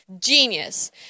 genius